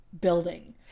building